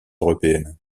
européenne